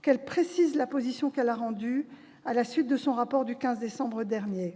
qu'elle précise la position qu'elle a rendue, à la suite de son rapport du 15 décembre dernier.